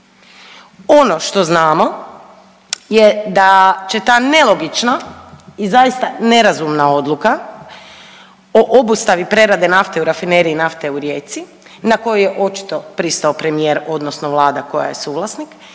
Ono što znamo je da će ta nelogična i zaista nerazumna odluka o obustavi prerade nafte u Rafineriji nafte u Rijeci na koju je očito pristao premijer, odnosno Vlada koja je suvlasnik,